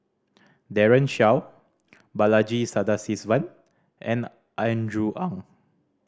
Daren Shiau Balaji Sadasivan and Andrew Ang